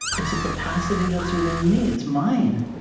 it's a capacity that's within me. it's mine.